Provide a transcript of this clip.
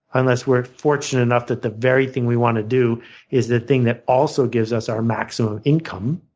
unless we're fortunate enough that the very thing we want to do is the thing that also gives us our maximum income.